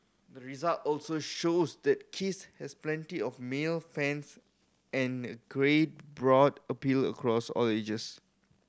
the result also shows that Kiss has plenty of male fans and a great broad appeal across all ages